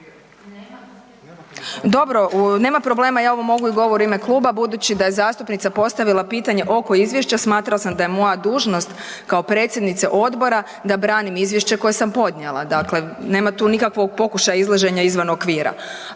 Dobro, nema problema, ja ovo mogu i u govoru u ime kluba budući da je zastupnica postavila pitanje oko izvješća, smatrala sam da je moja dužnost kao predsjednice odbora da branim izvješće koje sam podnijela, dakle nema tu nikakvog pokušaja izlaženja izvan okvira.